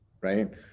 right